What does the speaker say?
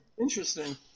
Interesting